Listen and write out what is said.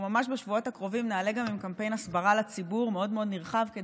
ממש בשבועות הקרובים נעלה גם עם קמפיין הסברה מאוד נרחב לציבור,